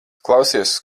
klausies